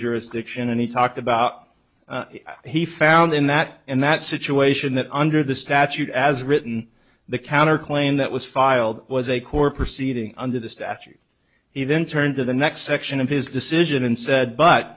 jurisdiction and he talked about he found in that in that situation that under the statute as written the counterclaim that was filed was a core proceeding under the statute he then turned to the next section of his decision and said but